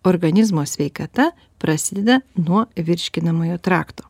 organizmo sveikata prasideda nuo virškinamojo trakto